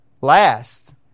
last